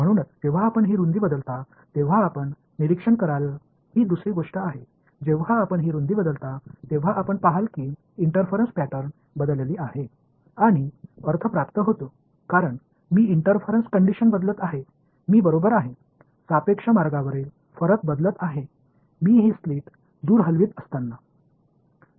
म्हणूनच जेव्हा आपण ही रुंदी बदलता तेव्हा आपण निरीक्षण कराल ही दुसरी गोष्ट आहे जेव्हा आपण ही रुंदी बदलता तेव्हा आपण पहाल की इंटरफरन्स पॅटर्न बदलली आहे आणि अर्थ प्राप्त होतो कारण मी इंटरफरन्स कंडिशन बदलत आहे मी बरोबर आहे सापेक्ष मार्गावरील फरक बदलत आहे मी ही स्लिट दूर हलवित असताना